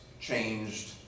changed